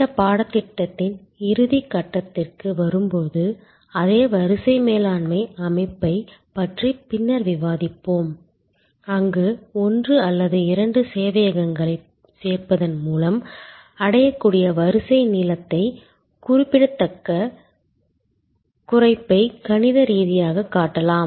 இந்தப் பாடத்திட்டத்தின் இறுதிக் கட்டத்திற்கு வரும்போது அதே வரிசை மேலாண்மை அமைப்பைப் பற்றிப் பின்னர் விவாதிப்போம் அங்கு ஒன்று அல்லது இரண்டு சேவையகங்களைச் சேர்ப்பதன் மூலம் அடையக்கூடிய வரிசை நீளத்தில் குறிப்பிடத்தக்க குறைப்பைக் கணித ரீதியாகக் காட்டலாம்